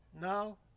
No